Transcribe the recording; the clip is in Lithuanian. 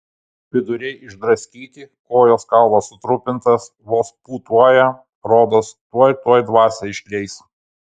viduriai išdraskyti kojos kaulas sutrupintas vos pūtuoja rodos tuoj tuoj dvasią išleis